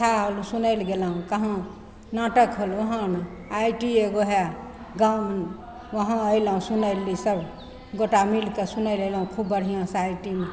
कथा होल सुनै ले गेलहुँ कहूँ नाटक होल ओहन आइ टी एगो हइ गाममे वहाँ अएलहुँ सुनै ले ईसब गोटा मिलिके सुनै ले अएलहुँ खूब बढ़ियाँसे आइ टी मे